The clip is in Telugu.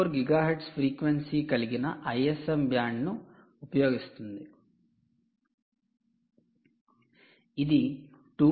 4 గిగాహెర్ట్జ్ ఫ్రీక్వెన్సీ కలిగిన ISM బ్యాండ్ ను ఉపయోగిస్తుంది ఇది 2